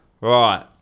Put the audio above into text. right